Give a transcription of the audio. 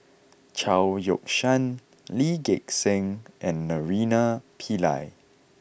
Chao Yoke San Lee Gek Seng and Naraina Pillai